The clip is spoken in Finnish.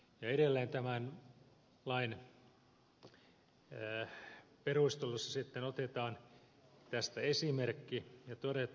edelleen tämän lain perusteluissa otetaan tästä esimerkki ja todetaan